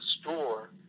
store